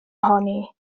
ohoni